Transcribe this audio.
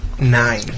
nine